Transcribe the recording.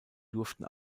durften